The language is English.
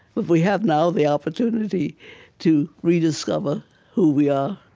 but we have now the opportunity to rediscover who we are